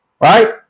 right